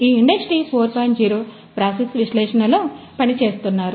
0 process విశ్లేషణలో పని చేస్తున్నారు